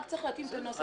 צריך רק להתאים את הנוסח.